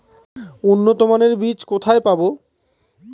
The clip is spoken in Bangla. উন্নতমানের বীজ কোথায় পাব?